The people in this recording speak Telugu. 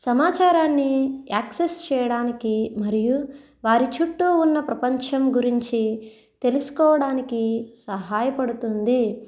సమాచారాన్ని యాక్సెస్ చేయడానికి మరియు వారి చుట్టూ ఉన్న ప్రపంచం గురించి తెలుసుకోవడానికి సహాయపడుతుంది